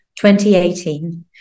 2018